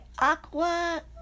Aqua